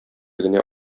генә